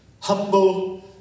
humble